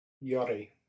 Yori